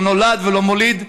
לא נולד ולא מוליד,